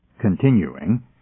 Continuing